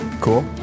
Cool